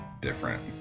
different